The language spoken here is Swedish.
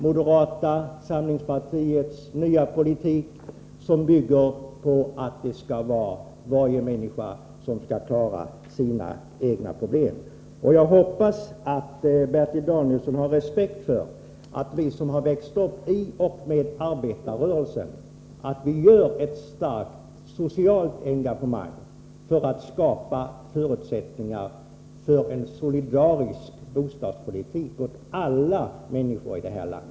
Moderata samlingspartiets nya politik bygger på att varje människa skall klara sina egna problem. Jag hoppas att Bertil Danielsson har respekt för att vi som har växt upp i arbetarrörelsen känner ett starkt socialt engagemang för att skapa förutsättningar för en solidarisk bostadspolitik åt alla människor i detta land.